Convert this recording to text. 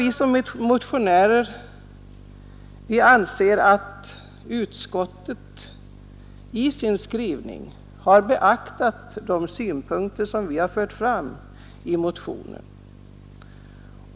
Vi motionärer anser att utskottet i sin skrivning har beaktat de synpunkter vi har framfört i motionen.